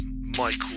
Michael